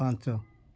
ପାଞ୍ଚ